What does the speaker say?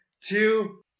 two